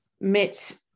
met